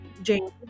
James